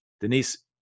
Denise